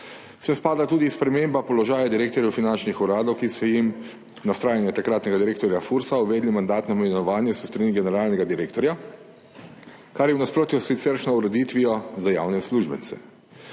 Sem spada tudi sprememba položaja direktorjev finančnih uradov, ki so jim na vztrajanje takratnega direktorja FURS uvedli mandatno imenovanje s strani generalnega direktorja, kar je v nasprotju s siceršnjo ureditvijo za javne uslužbence.